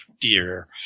dear